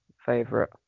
favorite